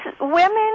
Women